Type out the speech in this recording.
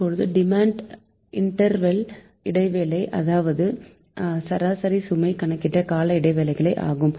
இப்போது demand interval இடைவேளை இதுதான் சராசரி மின்சுமை கணக்கிட்ட கால இடைவேளை ஆகும்